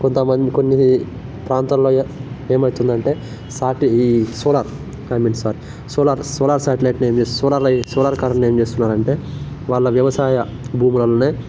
కొంతమంది కొన్ని ప్రాంతంలో ఏ ఏమవుతుందంటే సాటి ఈ సోలార్ కన్విన్సర్ సోలార్ సోలార్ సాటిలైట్నేం చే సోలార్ లై సోలార్ కరంట్నేం చేస్తున్నారంటే వాళ్ళ వ్యవసాయ భూములందే